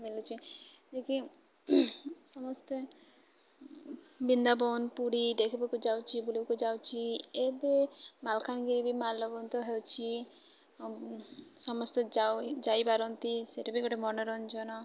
ମଳୁଛି ଯିଏକି ସମସ୍ତେ ବୃନ୍ଦାବନ ପୁରୀ ଦେଖିବାକୁ ଯାଉଛି ବୁଲିବାକୁ ଯାଉଛି ଏବେ ମାଲକାନଗିରି ବି ମାଲ୍ୟବନ୍ତ ହେଉଛି ସମସ୍ତେ ଯାଉ ଯାଇପାରନ୍ତି ସେଠ ବି ଗୋଟେ ମନୋରଞ୍ଜନ